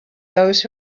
those